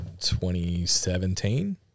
2017